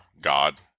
God